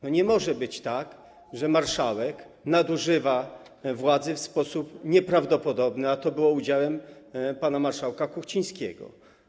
No nie może być tak, że marszałek nadużywa władzy w sposób nieprawdopodobny, a to było udziałem pana marszałka Kuchcińskiego.